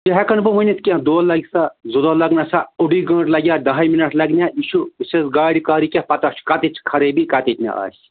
تہِ ہٮ۪کہٕ نہٕ بہٕ ؤنِتھ کیٚنٛہہ دۄہ لگہِ سا زٕ دۄہ لَگنہ سا اوٚڑُے گٲنٛٹ لگیٛاہ دَہَے مِنَٹ لگِنیٛا یہِ چھُ صرف گاڑِ گاڑِ کیٛاہ پَتہ چھُ کَتٮ۪تھ چھِ خرٲبی کَتٮ۪تھ نہٕ آسہِ